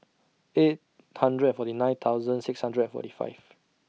eight hundred and forty nine thousand six hundred and forty five